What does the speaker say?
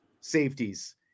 safeties